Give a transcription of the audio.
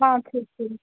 ஆ சரி சரி